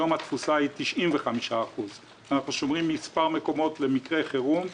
היום התפוסה היא 95%. אנחנו שומרים מספר מקומות למקרי חירום,